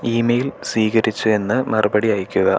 email സ്വീകരിച്ചു എന്ന് മറുപടി അയക്കുക